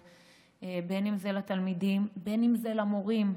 מתן סדנאות אם זה לתלמידים ואם זה למורים,